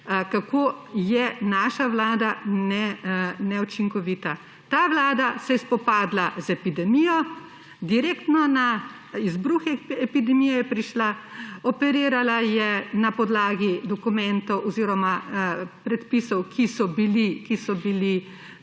kako je naša vlada neučinkovita. Ta vlada se je spopadla z epidemijo, direktno na izbruh epidemije je prišla, operirala je na podlagi dokumentov oziroma predpisov, ki so bili